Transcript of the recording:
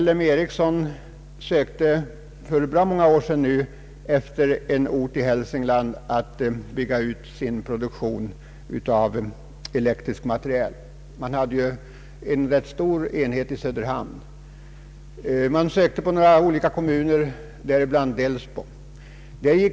L M Ericsson sökte för bra många år sedan en ort i Hälsingland där man kunde bygga ut sin produktion av elektrisk materiel — man hade redan en rätt stor produktion i Söderhamn, Man siktade på några kommuner, däribland Delsbo.